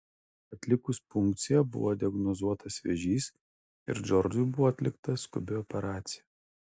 atlikus punkciją buvo diagnozuotas vėžys ir džordžui buvo atlikta skubi operacija